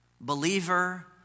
Believer